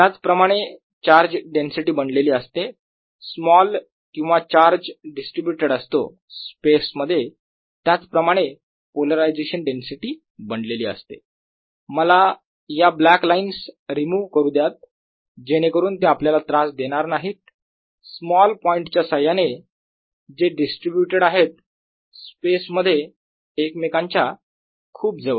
ज्याप्रमाणे charge density बनलेली असते स्मॉल किंवा चार्ज डिस्ट्रीब्यूटेड असतो स्पेस मध्ये त्याच प्रमाणे पोलरायझेशन डेन्सिटी बनलेली असते मला या ब्लॅक लाइन्स रिमुव्ह करू द्यात जेणेकरून ते आपल्याला त्रास देणार नाहीत स्मॉल पॉईंट च्या सहाय्याने जे डिस्ट्रीब्यूटेड आहेत स्पेस मध्ये एकमेकांच्या खूप जवळ